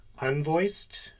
unvoiced